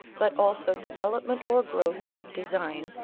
but also development or growth of design,